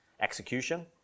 execution